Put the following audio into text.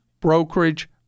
brokerage